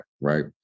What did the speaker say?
right